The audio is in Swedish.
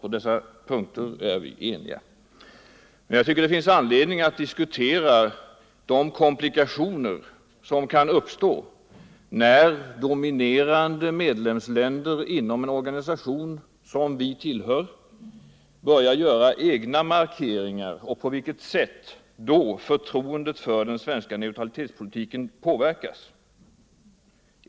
På dessa punkter är vi eniga. Men jag tycker att det finns all anledning att diskutera de komplikationer som kan uppstå, när dominerande medlemsländer inom en organisation som vi tillhör börjar göra egna markeringar, och på vilket sätt då förtroendet för den svenska neutralitetspolitiken påverkas.